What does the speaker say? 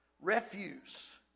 Refuse